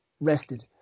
rested